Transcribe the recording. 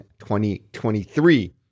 2023